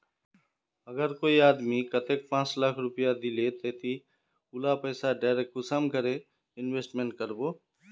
अगर कोई आदमी कतेक पाँच लाख रुपया दिले ते ती उला पैसा डायरक कुंसम करे इन्वेस्टमेंट करबो?